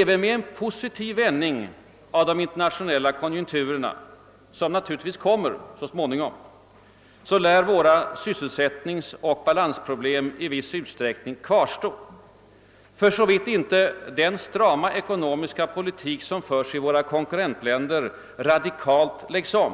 även med en positiv vändning av de internationella konjunkturerna — som = naturligtvis kommer så småningom — lär våra sysselsättningsoch balansproblem i viss utsträckning kvarstå, för så vitt inte den strama ekonomiska politik som förs i våra konkurrentländer radikalt läggs om.